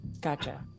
Gotcha